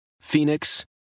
Phoenix